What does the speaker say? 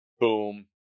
Boom